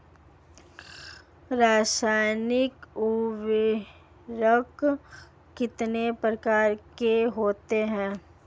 रासायनिक उर्वरक कितने प्रकार के होते हैं?